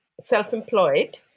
self-employed